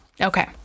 okay